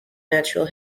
natural